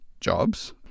jobs